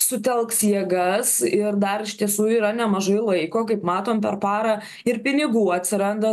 sutelks jėgas ir dar iš tiesų yra nemažai laiko kaip matom per parą ir pinigų atsiranda